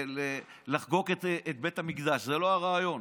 להראות ולחגוג את בית המקדש, זה לא הרעיון.